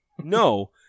no